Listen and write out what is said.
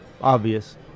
obvious